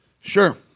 Sure